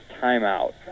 timeout